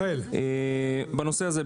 בנושא הזה,